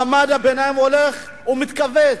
מעמד הביניים הולך ומתכווץ.